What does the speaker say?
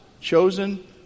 chosen